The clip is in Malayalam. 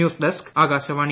news desk Akashvani